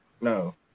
No